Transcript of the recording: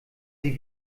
sie